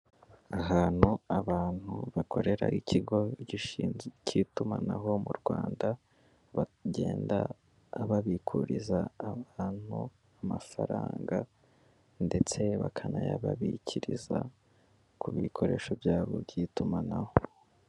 Ahantu abantu bakorera ikigo cy'itumanaho mu Rwanda bagenda babikuriza abantu amafaranga ndetse bakanayababikiriza ku bikoresho byabo by'itumanaho.